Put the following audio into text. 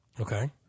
Okay